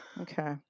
Okay